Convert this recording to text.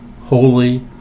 holy